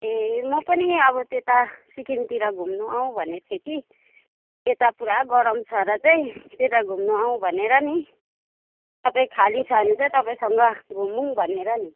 ए म पनि अब त्यता सिक्किमतिर घुम्नु आउँ भनेको थिएँ कि यता पुरा गरम छ र चाहिँ त्यता घुम्नु आउँ भनेर नि तपाईँ खाली छ भने चाहिँ तपाईँसँग घुमौँ भनेर नि